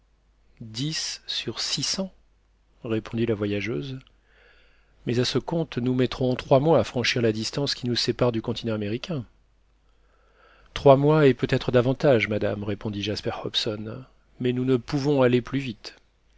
dix sur six cents répondit la voyageuse mais à ce compte nous mettrons trois mois à franchir la distance qui nous sépare du continent américain trois mois et peut-être davantage madame répondit jasper hobson mais nous ne pouvons aller plus vite